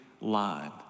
line